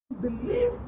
believe